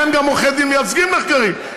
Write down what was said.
לכן גם עורכי דין מייצגים נחקרים,